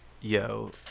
yo